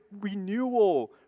renewal